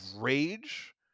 rage